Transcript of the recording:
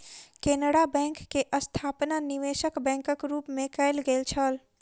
Canara bank के स्थापना निवेशक बैंकक रूप मे कयल गेल छल